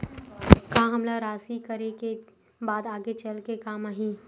का हमला राशि करे के बाद आगे चल के काम आही?